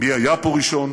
מי היה פה ראשון,